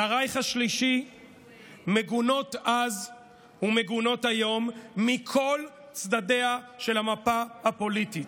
לרייך השלישי מגונות אז ומגונות היום מכל צדדיה של המפה הפוליטית,